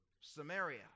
Samaria